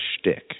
shtick